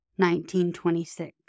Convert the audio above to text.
1926